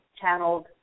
channeled